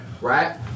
Right